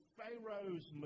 Pharaoh's